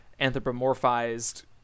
anthropomorphized